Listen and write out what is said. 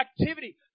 activity